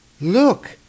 Look